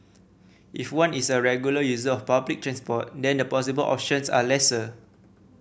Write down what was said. if one is a regular user of public transport then the possible options are lesser